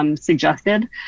Suggested